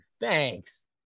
Thanks